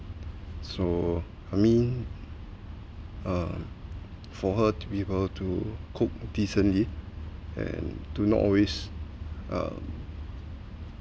so I mean uh for her to be able to cook decently and do not always uh